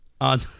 on